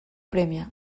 premia